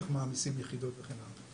איך מעמיסים יחידות וכן הלאה.